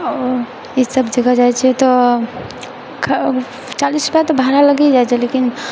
ई सब जगह जाइ छियै तऽ चालीस रुपैआ तऽ भाड़ा लगी जाइ छै लेकिन